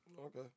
Okay